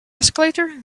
escalator